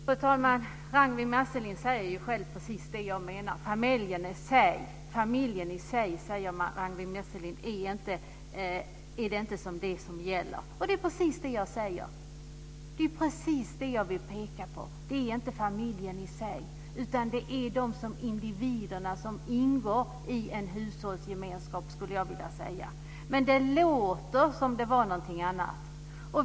Fru talman! Ragnwi Marcelind säger själv precis det som jag menar. Det är inte familjen i sig, säger Ragnwi Marcelind, som det gäller. Det är ju precis vad jag säger och som jag vill peka på. Det gäller alltså inte familjen i sig, utan det gäller de individer som ingår i en hushållsgemenskap - skulle jag vilja säga. Det låter dock som om det var någonting annat.